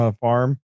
farm